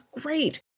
great